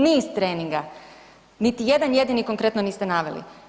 Niz treninga, niti jedan jedini konkretno niste naveli.